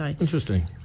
Interesting